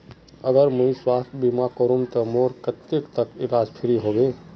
अगर मुई स्वास्थ्य बीमा करूम ते मोर कतेक तक इलाज फ्री होबे?